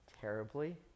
terribly